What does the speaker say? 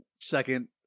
second